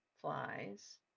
flies